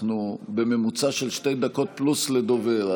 אנחנו בממוצע של שתי דקות פלוס לדובר.